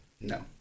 No